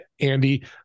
Andy